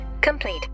complete